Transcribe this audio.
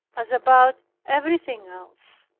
as about everything else.